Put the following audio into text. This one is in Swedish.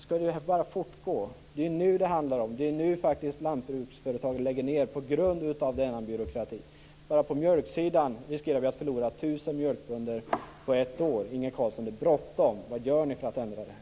Skall detta bara fortgå? Det är nuet det handlar om. Det är faktiskt nu som lantbruksföretag läggs ned på grund av denna byråkrati. Bara på mjölksidan riskerar vi att förlora 1 000 mjölkbönder på ett år. Det är bråttom, Inge Carlsson. Vad gör ni för att ändra detta?